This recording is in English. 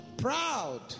proud